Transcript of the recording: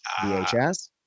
VHS